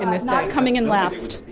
and not coming and last